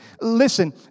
Listen